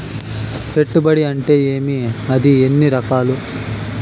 పెట్టుబడి అంటే ఏమి అది ఎన్ని రకాలు